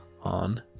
on